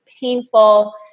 painful